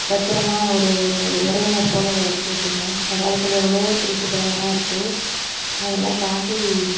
பத்தரமாக ஒரு ஒரு உறவினர் போல் இறக்கிவிட்டீங்க இந்த காலத்தில் எவ்வளோவோ திருட்டு பயலா இருக்குது அதெல்லாம் தாண்டி